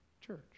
Church